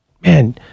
Man